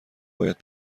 باید